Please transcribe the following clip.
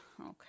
Okay